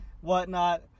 whatnot